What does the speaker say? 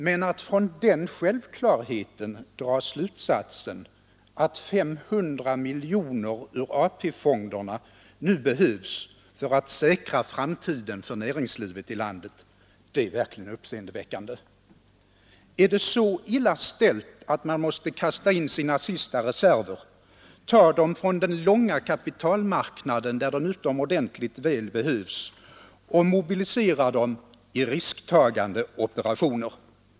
Men att från den självklarheten dra slutsatsen att 500 miljoner kronor ur AP-fonderna nu behövs för att säkra framtiden för näringslivet i landet är verkligen uppseendeväckande. Är det så illa ställt att man måste kasta in sina sista reserver, ta dem från den långa kapitalmarknaden, där de utomordentligt väl behövs, och mobilisera dem i risktagande operationer?